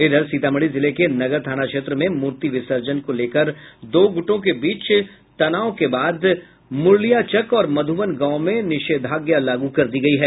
इधर सीतामढ़ी जिले के नगर थाना क्षेत्र में मूर्ति विसर्जन को लेकर दो गुटों के बीच तनाव के बाद मुरलियाचक और मधुबन गांव में निषेधाज्ञा लागू कर दी गयी है